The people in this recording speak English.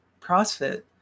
CrossFit